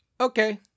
okay